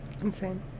Insane